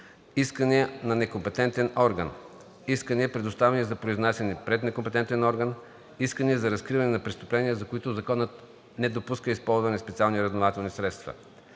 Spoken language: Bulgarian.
искания на некомпетентен орган; искания, предоставени за произнасяне пред некомпетентен орган; искания за разкриване на престъпления, за които Законът не допуска използване на специални разузнавателни средства.